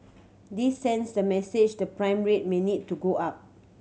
this sends the message the prime rate may need to go up